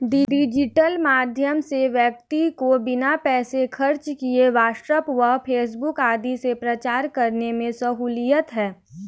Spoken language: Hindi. डिजिटल माध्यम से व्यक्ति को बिना पैसे खर्च किए व्हाट्सएप व फेसबुक आदि से प्रचार करने में सहूलियत है